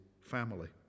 family